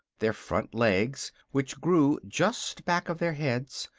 their front legs, which grew just back of their heads,